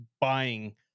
buying